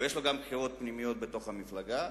ויש לו גם בחירות פנימיות בתוך המפלגה.